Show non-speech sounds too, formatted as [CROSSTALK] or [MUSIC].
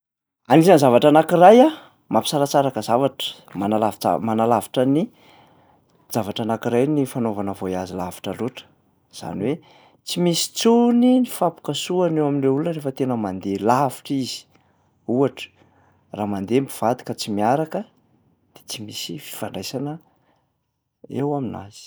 [NOISE] Anisan'ny zavatra anankiray mampisaratsaraka zavatra manalavija- manalavitran'ny javatra anankiray ny fanaovana voyage lavitra loatra, izany hoe tsy misy intsony ny fifampikasohana eo amin'ireo olona rehefa tena mandeha lavitra izy. Ohatra raba mandeha ny mpivady ka tsy miaraka de tsy misy fifandraisana eo aminazy.